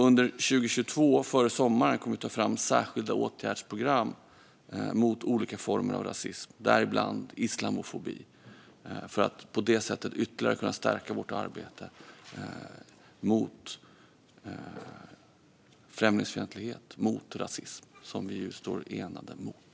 Under 2022 kommer vi före sommaren att ta fram särskilda åtgärdsprogram mot olika former av rasism, däribland islamofobi, för att på så sätt ytterligare kunna stärka vårt arbete mot främlingsfientlighet och rasism, som vi ju står enade mot.